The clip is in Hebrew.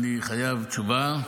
אני חייב תשובה,